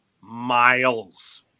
miles